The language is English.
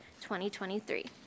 2023